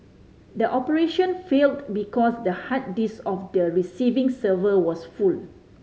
the operation failed because the hard disk of the receiving server was full